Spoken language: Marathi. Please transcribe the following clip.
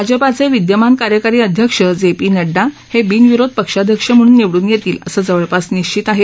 भाजपाचे विद्यमान कार्यकारी अध्यक्ष जे पी नड्डा हे बिनविरोध पक्षाध्यक्ष म्हणून निवडून येतील असं जवळपास निश्चित आहे